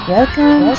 Welcome